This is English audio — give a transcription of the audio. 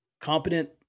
competent